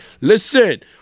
Listen